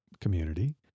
community